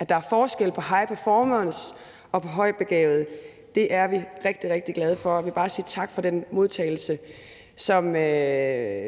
at der er forskel på high performance og høj begavelse, er vi rigtig, rigtig glade for. Jeg vil bare sige tak for den modtagelse, som